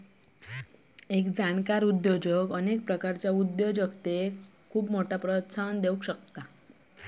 एक जाणकार उद्योजक अनेक प्रकारच्या उद्योजकतेक प्रोत्साहन देउ शकता